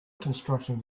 construction